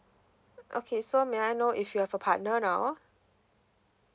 okay so may I know if you have a partner now